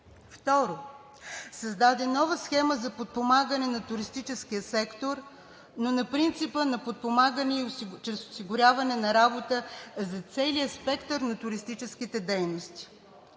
2. Създаде нова схема за подпомагане на туристическия сектор, но на принципа на подпомагане чрез осигуряване на работа за целия спектър на туристическите дейности.